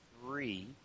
Three